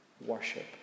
worship